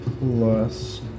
Plus